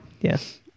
Yes